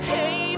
Hey